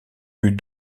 eut